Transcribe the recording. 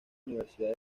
universidad